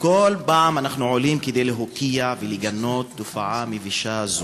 כל פעם אנחנו עולים כדי להוקיע ולגנות תופעה מבישה זו.